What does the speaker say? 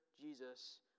Jesus